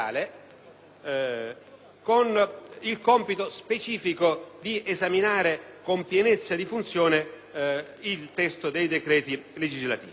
con il compito specifico di esaminare con pienezza di funzione il testo dei decreti legislativi.